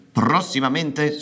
prossimamente